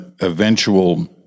eventual